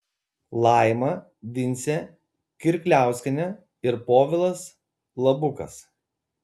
laima vincė kirkliauskienė ir povilas labukas